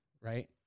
right